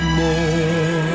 more